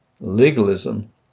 Legalism